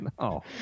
No